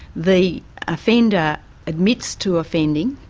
the offender admits to offending,